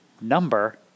number